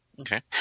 Okay